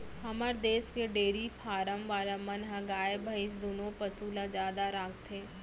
हमर देस के डेरी फारम वाला मन ह गाय भईंस दुनों पसु ल जादा राखथें